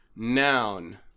Noun